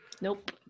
nope